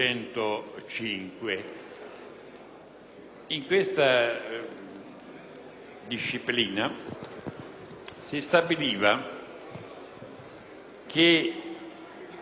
In questa disciplina si stabiliva che la sospensione